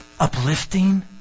Uplifting